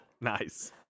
Nice